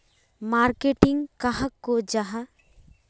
Marketing कहाक को जाहा?